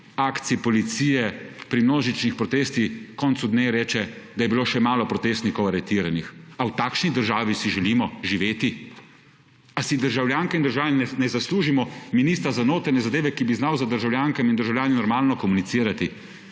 akciji policije pri množičnih protestih koncu dne reče, da je bilo še malo protestnikov aretiranih. A v takšni državi si želimo živeti? Ali si državljanke in državljani ne zaslužimo ministra za notranje zadeve, ki bi znal z državljankami in državljani normalno komunicirati,